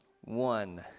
one